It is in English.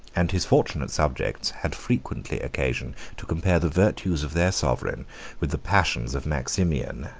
and his fortunate subjects had frequently occasion to compare the virtues of their sovereign with the passions of maximian,